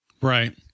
Right